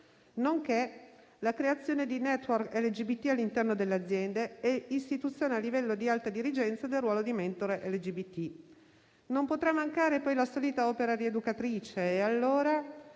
nonché la creazione di *network* LGBT all'interno delle aziende e l'istituzione a livello di alta dirigenza del ruolo di mentore LGBT. Non potrà mancare poi la solita opera rieducatrice e allora